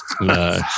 No